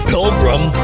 Pilgrim